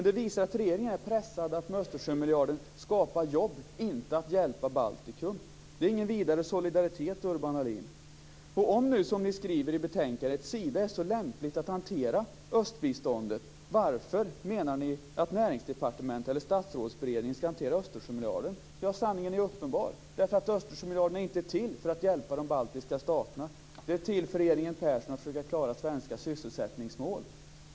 Det visar att regeringen är pressad att med Östersjömiljarden skapa jobb, inte att hjälpa Baltikum. Det är ingen vidare solidaritet, Urban Ahlin. Om nu, som ni skriver i betänkandet, Sida är så lämpligt att hantera östbiståndet, varför menar ni att Statsrådsberedningen skall hantera Östersjömiljarden? Sanningen är uppenbar - därför att Östersjömiljarden inte är till för att hjälpa de baltiska staterna. Den är till för att regeringen Persson skall försöka klara svenska sysselsättningsmål.